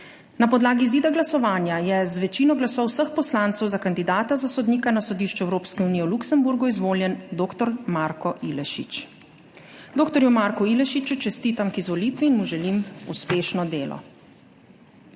Na podlagi izida glasovanja je z večino glasov vseh poslancev za kandidata za sodnika na Sodišču Evropske unije v Luksemburgu izvoljen dr. Marko Ilešič. Dr. Marku Ilešiču čestitam k izvolitvi in mu želim uspešno delo.